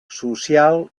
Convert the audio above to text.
social